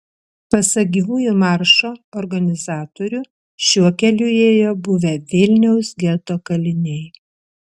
pasak gyvųjų maršo organizatorių šiuo keliu ėjo buvę vilniaus geto kaliniai